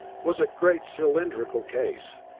was a great cylindrical case,